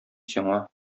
сиңа